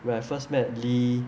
when I first met lee